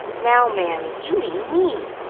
now, mammy, you mean me!